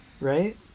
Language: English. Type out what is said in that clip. Right